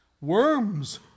worms